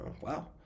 Wow